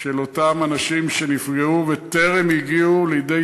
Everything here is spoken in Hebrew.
של אותם אנשים שנפגעו וטרם הגיעו לידי